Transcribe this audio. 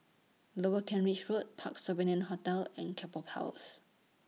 Lower Kent Ridge Road Parc Sovereign Hotel and Keppel Powers